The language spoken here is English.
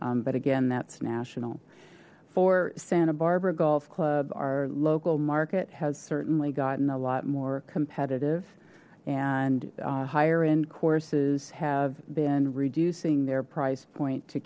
percent but again that's national for santa barber golf club our local market has certainly gotten a lot more competitive and higher end courses have been reducing their price point to